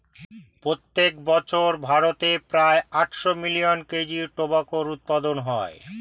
প্রত্যেক বছর ভারতে প্রায় আটশো মিলিয়ন কেজি টোবাকোর উৎপাদন হয়